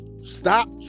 Stop